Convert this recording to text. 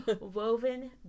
Woven